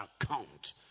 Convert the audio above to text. account